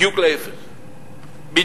בדיוק להיפך.